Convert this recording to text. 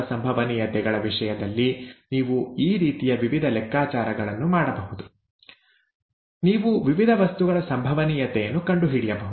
ಸಂಭವನೀಯತೆಗಳ ವಿಷಯದಲ್ಲಿ ನೀವು ಈ ರೀತಿಯ ವಿವಿಧ ಲೆಕ್ಕಾಚಾರಗಳನ್ನು ಮಾಡಬಹುದು ನೀವು ವಿವಿಧ ವಸ್ತುಗಳ ಸಂಭವನೀಯತೆಯನ್ನು ಕಂಡುಹಿಡಿಯಬಹುದು